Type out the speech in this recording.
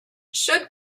should